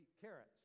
carrots